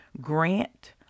grant